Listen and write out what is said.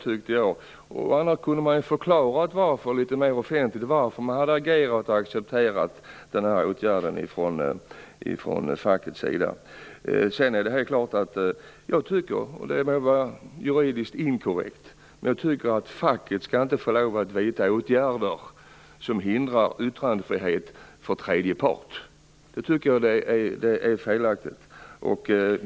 Man skulle ha kunnat förklara offentligt varför man hade accepterat åtgärden från fackets sida. Jag tycker - det må vara juridiskt inkorrekt - att facket inte skall få lov att vidta åtgärder som hindrar yttrandefrihet för tredje part. Det tycker jag är felaktigt.